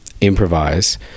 improvise